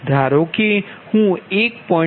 ધારો કે હું 1